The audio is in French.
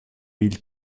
mille